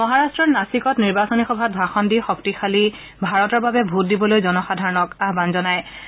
মহাৰট্টৰ নাছিকত নিৰ্বাচনী সভাত ভাষণ দি শক্তিশালী ভাৰতৰ বাবে ভোট দিবলৈ জনসাধাৰণক আহান জনাইছে